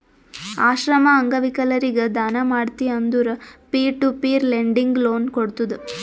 ಆಶ್ರಮ, ಅಂಗವಿಕಲರಿಗ ದಾನ ಮಾಡ್ತಿ ಅಂದುರ್ peer to peer lending loan ಕೋಡ್ತುದ್